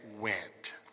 went